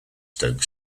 stoke